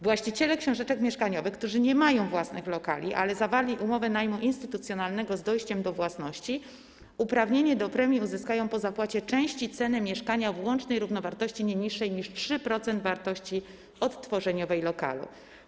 Właściciele książeczek mieszkaniowych, którzy nie mają własnych lokali, ale zawarli umowę najmu instytucjonalnego z dojściem do własności, uprawnienie do premii uzyskają po zapłacie części ceny mieszkania w łącznej wartości nie niższej niż 3% wartości odtworzeniowej lokalu.